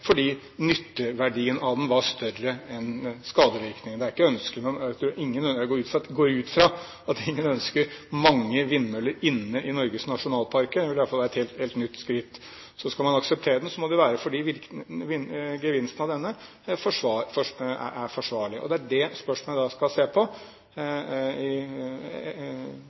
fordi nytteverdien av den var større enn skadevirkningene. Jeg går ut fra at ingen ønsker mange vindmøller inne i Norges nasjonalparker. Det ville i hvert fall være et helt nytt skritt. Så skal man akseptere den, må det være fordi gevinsten av denne er forsvarlig. Det er det spørsmålet jeg skal se på i